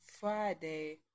Friday